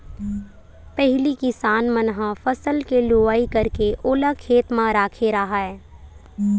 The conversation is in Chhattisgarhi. पहिली किसान मन ह फसल के लुवई करके ओला खेते म राखे राहय